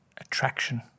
attraction